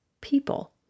people